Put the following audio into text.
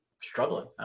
struggling